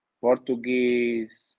Portuguese